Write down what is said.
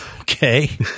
Okay